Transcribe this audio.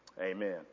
Amen